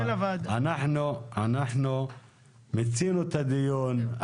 אנחנו מיצינו את הדיון,